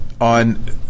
on